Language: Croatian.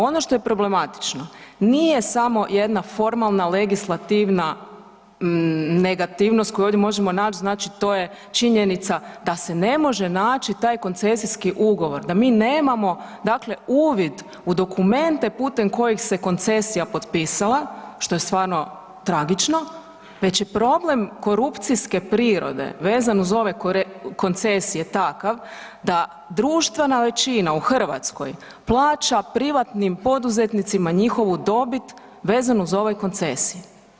Ono što je problematično nije samo jedna formalna legislativna negativnost koju ovdje možemo nać, znači to je činjenica da se ne može naći taj koncesijski ugovor, da mi nemamo uvid u dokumente putem kojih se koncesija potpisala, što je stvarno tragično, već je problem korupcijske prirode vezan uz koncesije takav da društvena većina u Hrvatskoj plaća privatnim poduzetnicima njihovu dobit vezano uz ove koncesije.